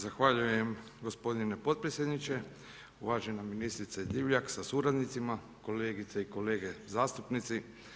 Zahvaljujem gospodine potpredsjedniče, uvažena ministrice Divjak sa suradnicima, kolegice i kolege zastupnici.